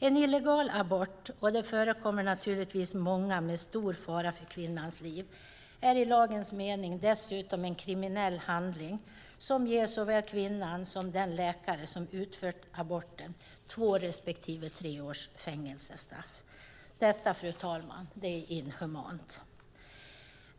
En illegal abort - det förekommer naturligtvis många, med stor fara för kvinnans liv - är i lagens mening dessutom en kriminell handling som ger såväl kvinnan som den läkare som utfört aborten två respektive tre års fängelsestraff. Detta, fru talman, är inhumant.